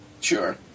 Sure